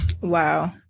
Wow